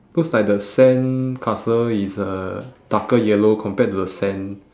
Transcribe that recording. looks like the sandcastle is a darker yellow compared to the sand